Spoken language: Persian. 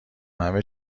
همه